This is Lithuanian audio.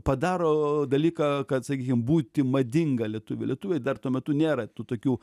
padaro dalyką kad sakykim būti madinga lietuviu lietuviai dar tuo metu nėra tų tokių